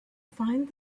find